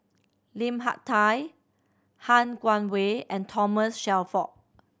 Lim Hak Tai Han Guangwei and Thomas Shelford